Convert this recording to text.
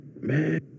man